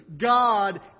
God